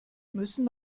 müssen